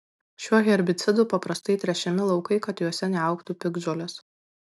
šiuo herbicidu paprastai tręšiami laukai kad juose neaugtų piktžolės